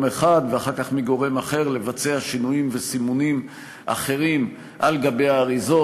אחד ואחר כך מגורם אחר לבצע שינויים וסימונים אחרים על גבי האריזות.